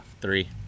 Three